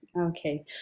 Okay